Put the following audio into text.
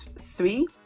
three